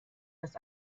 dass